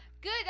Good